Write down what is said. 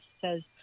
says